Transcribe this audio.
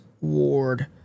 Ward